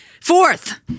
fourth